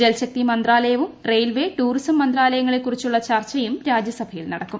ജൽശക്തി മന്ത്രാലയവും railway tourism മന്ത്രാലയങ്ങളെ കുറിച്ചുളള ചർച്ചയും രാജ്യസഭയിൽ നടക്കും